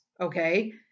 okay